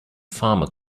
farmer